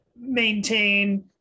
maintain